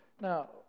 Now